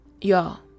y'all